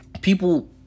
People